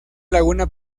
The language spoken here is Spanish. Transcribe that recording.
laguna